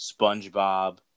SpongeBob